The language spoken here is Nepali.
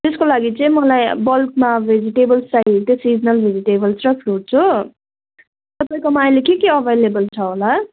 त्यसको लागि चाहिँ मलाई बल्कमा भेजिटेबल्स चाहिएको थियो सिजनल भेजिटेबल्स र फ्रुट्स हो तपाईँकोमा अहिले के के अभाइलेबल छ होला